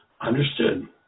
understood